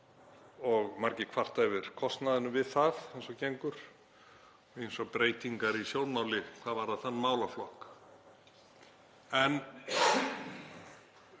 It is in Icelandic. Margir kvarta yfir kostnaðinum við það eins og gengur og ýmsar breytingar í sjónmáli hvað varðar þann málaflokk.